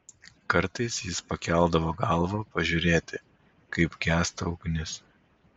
kartais jis pakeldavo galvą pažiūrėti kaip gęsta ugnis